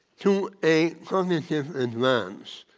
to a cognitive advance,